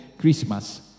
Christmas